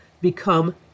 become